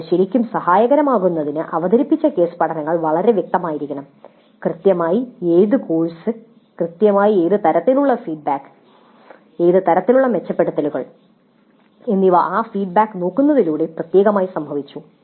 ഇത് ശരിക്കും സഹായകരമാകുന്നതിന് അവതരിപ്പിച്ച കേസ് പഠനങ്ങൾ വളരെ വ്യക്തമായിരിക്കണം കൃത്യമായി ഏത് കോഴ്സ് കൃത്യമായി ഏത് തരത്തിലുള്ള ഫീഡ്ബാക്ക് ഏത് തരത്തിലുള്ള മെച്ചപ്പെടുത്തലുകൾ എന്നിവ ആ ഫീഡ്ബാക്ക് നോക്കുന്നതിലൂടെ പ്രത്യേകമായി സംഭവിച്ചു